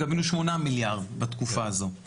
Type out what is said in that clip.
גם היינו 8 מיליארד בתקופה הזו.